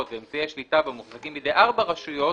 ואמצעי השליטה בה מוחזקים בידי ארבע רשויות,